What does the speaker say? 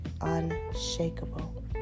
unshakable